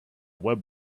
web